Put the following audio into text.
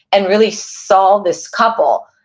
and really saw this couple,